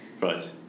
Right